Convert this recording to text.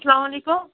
اَسلامُ علیکُم